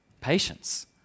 patience